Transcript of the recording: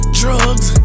drugs